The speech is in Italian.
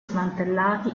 smantellati